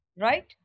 right